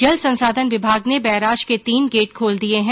जलससांधन विभाग ने बैराज के तीन गेट खोल दिये है